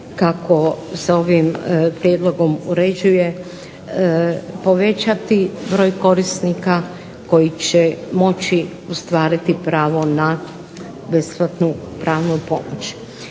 kako se ovim prijedlogom uređuje povećati broj korisnika koji će moći ostvariti pravo na besplatnu pravnu pomoć.